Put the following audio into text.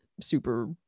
super